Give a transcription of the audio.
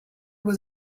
was